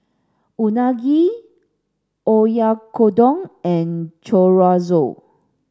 Unagi Oyakodon and Chorizo